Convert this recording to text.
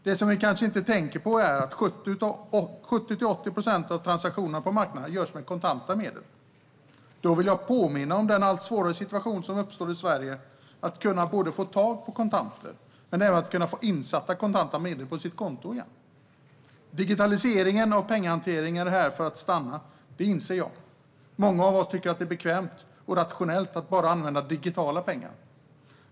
Det som vi kanske inte tänker på är att 70-80 procent av transaktionerna på marknaderna görs med kontanta medel. Då vill jag påminna om den allt svårare situation som uppstår i Sverige när det gäller att kunna få tag på kontanter men även att få kontanta medel insatta på sitt konto igen. Digitaliseringen av pengahanteringen är här för att stanna; det inser jag. Många av oss tycker att det är bekvämt och rationellt att bara använda digitala pengar.